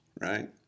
right